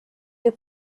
ihr